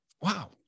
wow